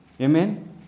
Amen